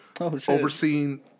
overseeing